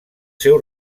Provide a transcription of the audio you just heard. seu